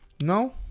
No